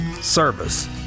service